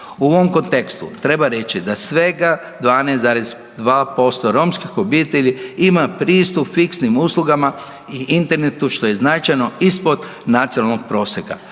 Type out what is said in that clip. U ovom kontekstu treba reći da svega 12,2% romskih obitelji ima pristup fiksnim uslugama i internetu što je značajno ispod nacionalnog prosjeka